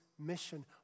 mission